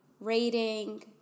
rating